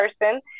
person